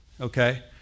Okay